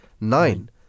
nine